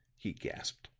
he gasped,